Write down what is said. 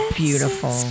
beautiful